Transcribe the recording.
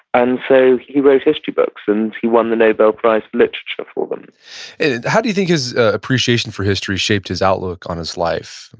and so he wrote history books, and he won the nobel prize for literature for them how do you think his appreciation for history shaped his outlook on his life?